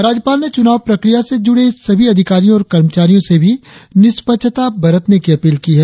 राज्यपाल ने चुनाव प्रक्रिया से जुड़े सभी अधिकारियों और कर्मचारियों से भी निष्पक्षता बरतने की अपील की है